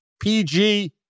PG